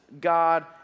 God